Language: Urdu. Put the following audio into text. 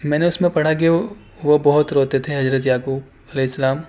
میں نے اس میں پڑھا کہ وہ بہت روتے تھے حضرت یعقوب علیہ السلام